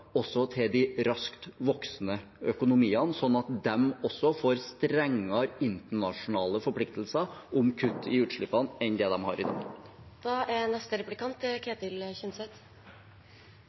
også til de raskt voksende økonomiene, slik at de får strengere internasjonale forpliktelser om kutt i utslippene enn det de har i dag.